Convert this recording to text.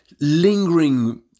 lingering